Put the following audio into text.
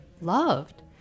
loved